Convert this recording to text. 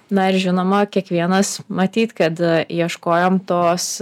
na ir žinoma kiekvienas matyt kad ieškojom tos